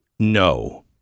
No